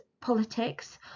politics